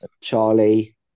Charlie